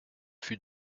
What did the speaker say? fut